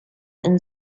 and